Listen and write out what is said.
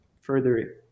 further